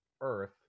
earth